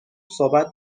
صحبت